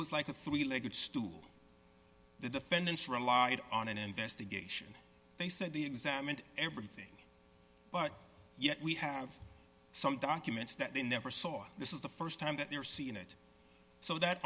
was like a three legged stool the defendants relied on an investigation they said they examined everything but yet we have some documents that they never saw this is the st time that they're seeing it so that